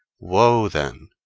woe, then,